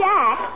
Jack